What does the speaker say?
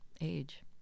age